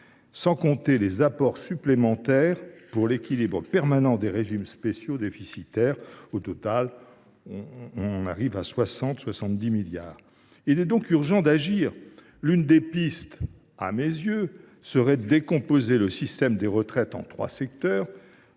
sans compter les apports supplémentaires pour l’équilibre permanent des régimes spéciaux déficitaires. Au total, la somme s’élève à 60 milliards ou à 70 milliards d’euros. Il est donc urgent d’agir. L’une des pistes, à mes yeux, serait de décomposer le système des retraites en trois secteurs